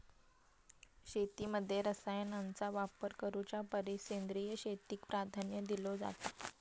शेतीमध्ये रसायनांचा वापर करुच्या परिस सेंद्रिय शेतीक प्राधान्य दिलो जाता